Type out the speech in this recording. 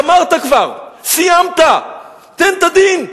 גמרת כבר, סיימת, תן את הדין.